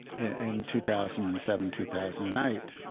in two thousand and seven, two thousand and eight.